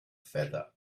feather